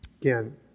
Again